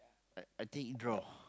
uh I take you draw